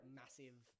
massive